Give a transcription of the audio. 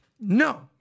No